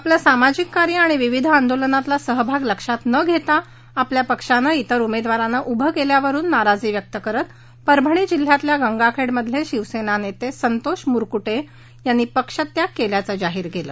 आपले सामाजिक कार्य आणि विविध आंदोलनातला सहभाग लक्षात न होता आपल्या पक्षाने तिर उमेदवारांना उभं केल्यावरुन नाराजी व्यक्त करत परभणी जिल्ह्यातल्या गंगाखेडमधले शिवसेना नेते संतोष मुरकुटे यांनी पक्ष त्याग केल्याचं जाहीर केलं